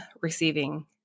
receiving